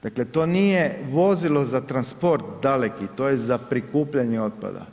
Dakle, to nije vozilo za transport daleki, to je za prikupljanje otpada.